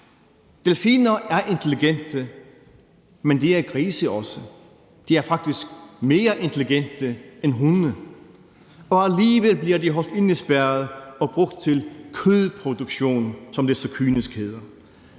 Delfiner er intelligente, men det er grise også. De er faktisk mere intelligente end hunde, men alligevel bliver de holdt indespærret og brugt til »kødproduktion«, som det så kynisk hedder.